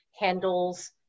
handles